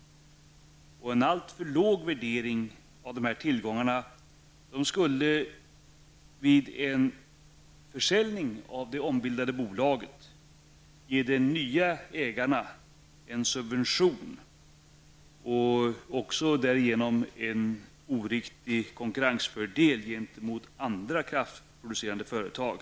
En alltför låg värdering av de här tillgångarna skulle vid en försäljning av det ombildade bolaget ge de nya ägarna en subvention och därigenom också en oriktig konkurrensfördel gentemot andra kraftproducerande företag.